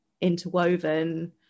interwoven